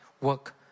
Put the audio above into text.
work